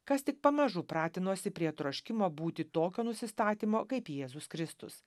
kas tik pamažu pratinosi prie troškimo būti tokio nusistatymo kaip jėzus kristus